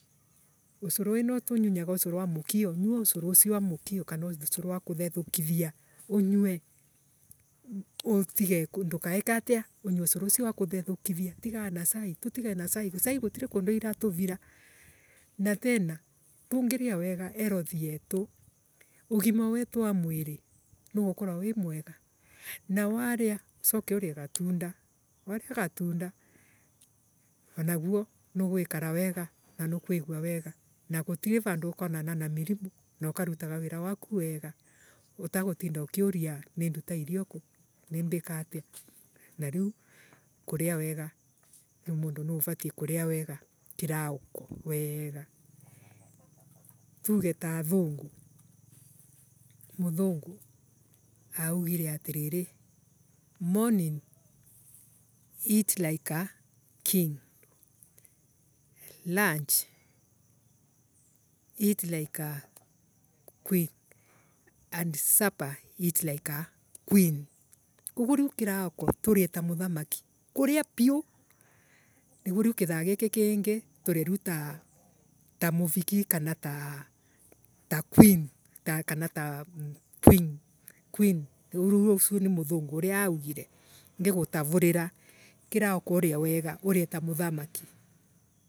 Ucuuru ino tunyunyaga ucuuru wa mukio. nyua ucciuru ucio na mukio kana unywe ucuuru wa kuthethukithia. Unywe uthire ndukekatia. unywe ucuuru ucio wa kuthethukithia tigana na cai. Tutigane na cai. Cai gutikundu iratu vira. na tena. tungiria wega healthy yetu ugima wetu wa mwiiri nugukorwa wi mwega. Na waria ucoke urie gatunda waria gatunda wanaguo nuguikara wega na nukuigua wega na gutivandu ukonana na mirimu na ukarutaga wira waku wega utagutinda ukiuria ninduta irio ku Nimbikatia Na riu kuria wega mundu nuuvatie kuria wega kirauko weega. Tuge ta athungu Muthungu augire atiriiri morning eat like a king. lunch eat like a queen and supper eat like a queen koguo riu kirauko turie ta muthamaki kuria piu niguo riu kithaa giki kingi turie riu taa. ta muviki kana taa. Ta queen kana taa quen riu ucio ni muthungu uria augire ngigutavuriar. Kirauko urie wega urie ta muthamaki.